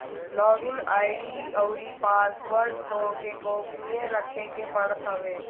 log in ID अउरी password तोहके गोपनीय रखे के पड़त हवे